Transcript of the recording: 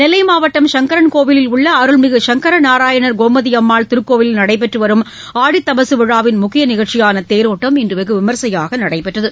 நெல்லை மாவட்டம் சங்கரன் கோயிலில் உள்ள அருள்மிகு சங்கரநாராயணர் கோமதியம்மாள் திருக்கோயிலில் நடைபெற்று வரும் ஆடித் தபசு விழாவின் முக்கிய நிகழ்ச்சியான தேரோட்டம் இன்று வெகு விமரிசையாக நடைபெற்றது